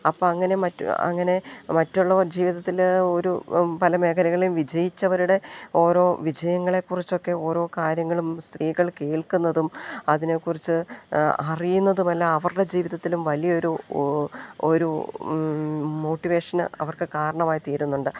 അപ്പം അങ്ങനെ മറ്റ് അങ്ങനെ മറ്റുള്ള ജീവിതത്തിൽ ഒരു പല മേഖലകളെയും വിജയിച്ചവരുടെ ഓരോ വിജയങ്ങളെക്കുറിച്ചൊക്കെ ഓരോ കാര്യങ്ങളും സ്ത്രീകൾ കേൾക്കുന്നതും അതിനെക്കുറിച്ച് അറിയുന്നതുമെല്ലാം അവരുടെ ജീവിതത്തിലും വലിയൊരു ഒരു മോട്ടിവേഷൻ അവർക്ക് കാരണമായി തീരുന്നുണ്ട്